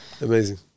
amazing